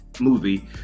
movie